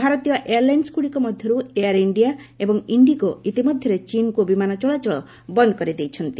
ଭାରତୀୟ ଏୟାର ଲାଇନ୍ଗୁଡ଼ିକ ମଧ୍ୟରୁ ଏୟାର ଇଣ୍ଡିଆ ଏବଂ ଇଣ୍ଡିଗୋ ଇତିମଧ୍ୟରେ ଚୀନ୍କୁ ବିମାନ ଚଳାଚଳ ବନ୍ଦ କରିଦେଇଛନ୍ତି